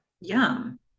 Yum